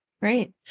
Great